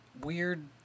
weird